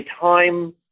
time